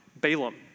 Balaam